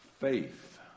Faith